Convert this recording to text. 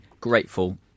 grateful